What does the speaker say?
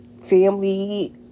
family